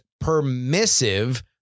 permissive